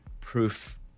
proof